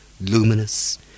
luminous